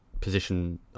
position